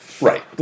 Right